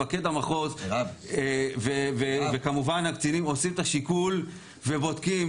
מפקד המחוז וכמובן הקצינים עושים את השיקול ובודקים